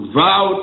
vow